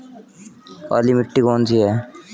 काली मिट्टी कौन सी है?